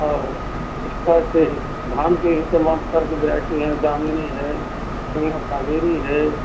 और उस पर कि धान के ही तमाम तरह की वैरायटी हैं दामिनी है गंगा कावेरी है